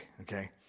okay